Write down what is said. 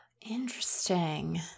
Interesting